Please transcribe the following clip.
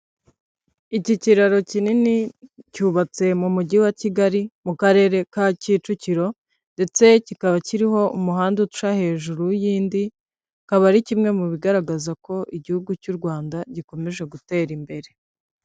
Iki kiraro kinini cyubatse mu mujyi wa Kigali mu karere ka Kicukiro, ndetse kikaba kiriho umuhanda uca hejuru y'indi, kikaba ari kimwe mu bigaragaza ko igihugu cy'u Rwanda gikomeje gutera imbere.